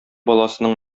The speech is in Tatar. баласының